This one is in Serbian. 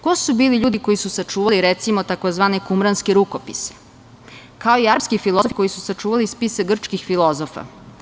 Ko su bili ljudi koji su sačuvali, recimo, takozvane Kumranske rukopise, kao i arapski filozofi koji su sačuvali spise grčkih filozofa?